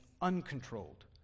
uncontrolled